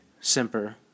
Simper